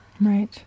Right